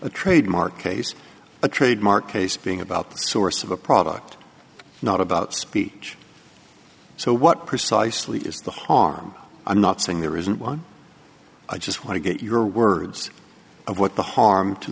a trademark case a trademark case being about the source of a product not about speech so what precisely is the harm i'm not saying there isn't one i just want to get your words of what the harm to